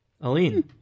Aline